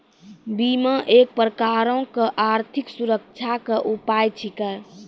बीमा एक प्रकारो के आर्थिक सुरक्षा के उपाय छिकै